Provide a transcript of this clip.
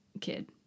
kid